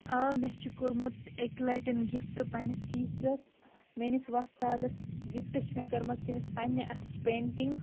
آ مےٚ چھِ کوٚرمُت اَکہِ لَٹٮ۪ن گفٹ پنٛنِس ٹیٖچرَس میٲنِس وۄستادَس گفٹ چھِ مےٚ کٔرمٕژ تٔمِس پنٛنہِ اَتھٕچ پیٹِنٛگ